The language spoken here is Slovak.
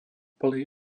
plný